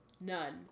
None